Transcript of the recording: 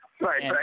Right